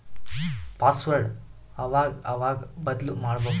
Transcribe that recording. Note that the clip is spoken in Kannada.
ಪಾಸ್ವರ್ಡ್ ಅವಾಗವಾಗ ಬದ್ಲುಮಾಡ್ಬಕು